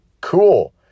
cool